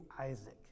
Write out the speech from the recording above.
Isaac